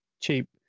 cheap